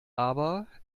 aber